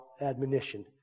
admonition